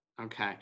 okay